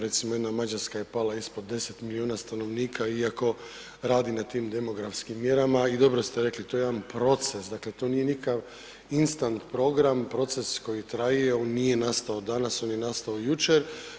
Recimo jedna Mađarska je pala ispod 10 miliona stanovnika iako radi na tim demografskim mjerama i dobro ste rekli to je jedan proces, dakle to nije nikakav instant program, proces koji traje, on nije nastao danas on je nastao jučer.